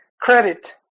credit